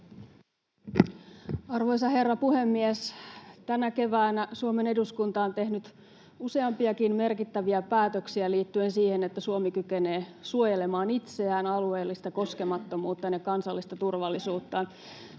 Arvoisa herra puhemies! Tänä keväänä Suomen eduskunta on tehnyt useampiakin merkittäviä päätöksiä liittyen siihen, että Suomi kykenee suojelemaan itseään, alueellista koskemattomuuttaan ja kansallista turvallisuuttaan.